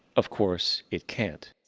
of course, it can't.